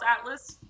Atlas